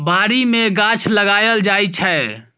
बारी मे गाछ लगाएल जाइ छै